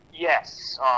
Yes